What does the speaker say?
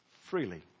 freely